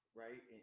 right